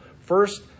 First